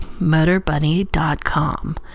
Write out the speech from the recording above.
MotorBunny.com